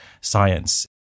science